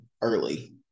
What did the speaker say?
early